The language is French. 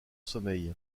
sommeil